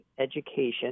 education